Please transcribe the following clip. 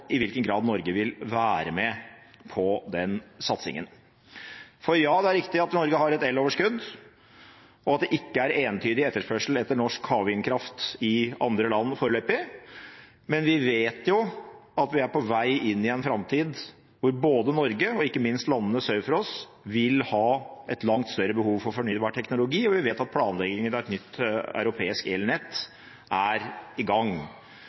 riktig at Norge har et eloverskudd og at det foreløpig ikke er entydig etterspørsel etter norsk havvindkraft i andre land. Men vi vet jo at vi er på vei inn i en framtid da Norge og ikke minst landene sør for oss vil ha et langt større behov for fornybar teknologi. Vi vet at planleggingen av et nytt europeisk elnett er i gang.